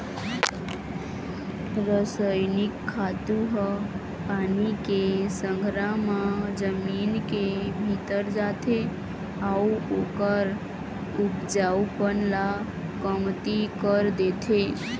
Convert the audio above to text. रसइनिक खातू ह पानी के संघरा म जमीन के भीतरी जाथे अउ ओखर उपजऊपन ल कमती कर देथे